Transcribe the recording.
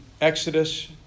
Exodus